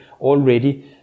already